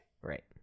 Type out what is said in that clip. right